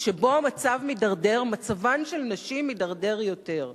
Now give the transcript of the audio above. שבו המצב מידרדר, מצבן של הנשים מידרדר יותר.